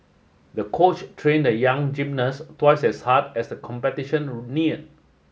the coach trained the young gymnast twice as hard as the competition near